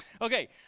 Okay